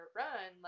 run